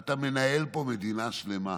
אתה מנהל פה מדינה שלמה,